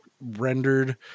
rendered